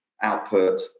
output